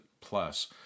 plus